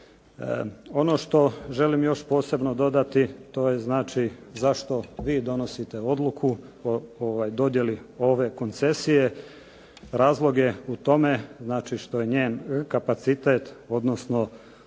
Ono što želim još posebno dodati, znači zašto vi donosite odluku o dodjeli ove koncesije. Razlog je u tome što je njen kapacitet odnosno snaga